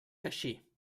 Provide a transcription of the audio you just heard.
així